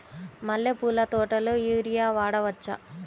మల్లె పూల తోటలో యూరియా వాడవచ్చా?